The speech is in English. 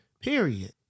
Period